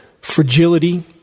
fragility